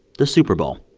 the super bowl